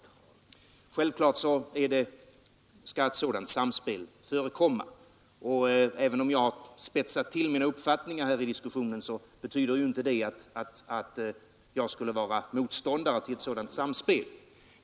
Självfallet skall ett sådant samspel förekomma. Om jag också har spetsat till mina uppfattningar i denna diskussion, så betyder inte det att jag skulle vara motståndare till ett sådant samspel.